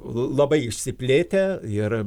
labai išsiplėtę ir